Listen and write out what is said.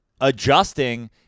adjusting